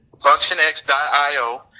FunctionX.io